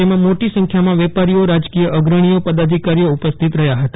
જેમાં મોટી સંખ્યામાં વેપારીઓ રાજકીય અગ્રણીઓ પદાધિકારીઓ ઉપસ્થિત રહ્યા હતા